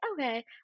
okay